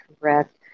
correct